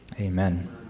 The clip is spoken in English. Amen